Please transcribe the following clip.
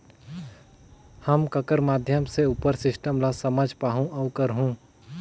हम ककर माध्यम से उपर सिस्टम ला समझ पाहुं और करहूं?